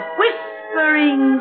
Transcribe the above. Whispering